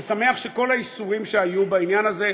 אני שמח שכל הייסורים שהיו בעניין הזה,